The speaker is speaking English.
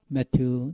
Matthew